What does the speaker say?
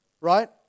right